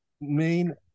main